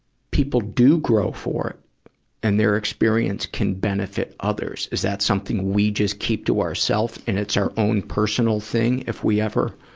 people do grow for it and their experience can benefit others? is that something we just keep to ourself and it's our own personal thing, if we ever,